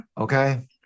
okay